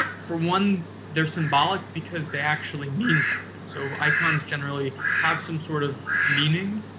for one, they're symbolic because they actually mean something. so, icons generally have some sort of meaning,